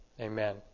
Amen